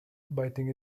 biting